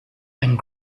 and